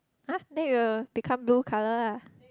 !huh! then it will become blue colour lah